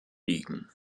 liegen